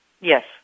yes